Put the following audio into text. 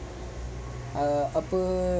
ah apa